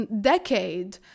decade